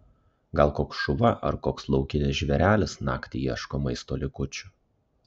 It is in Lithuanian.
gal koks šuva ar koks laukinis žvėrelis naktį ieško maisto likučių